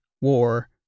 War